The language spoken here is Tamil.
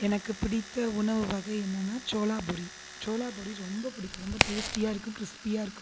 எனக்கு பிடித்த உணவு வகை என்னென்னா சோளா பூரி சோளா பூரி ரொம்ப பிடிக்கும் ரொம்ப டேஸ்ட்டியாக இருக்கும் கிரிஸ்பியாக இருக்கும்